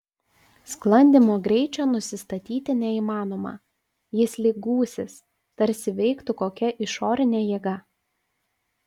sklandymo greičio nusistatyti neįmanoma jis lyg gūsis tarsi veiktų kokia išorinė jėga